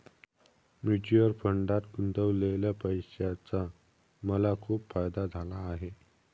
mutual फंडात गुंतवलेल्या पैशाचा मला खूप फायदा झाला आहे